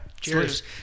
Cheers